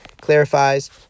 clarifies